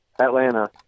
Atlanta